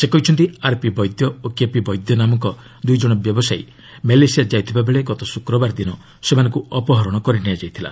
ସେ କହିଛନ୍ତି ଆର୍ପି ବୈଦ୍ୟ ଓ କେପି ବୈଦ୍ୟ ନାମକ ଦୁଇ ଜଣ ବ୍ୟବସାୟୀ ମ୍ୟାଲେସିଆ ଯାଇଥିବାବେଳେ ଗତ ଶୁକ୍ରବାର ଦିନ ସେମାନଙ୍କୁ ଅପହରଣ କରି ନିଆଯାଇଥିଲା